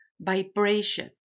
vibration